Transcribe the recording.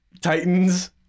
Titans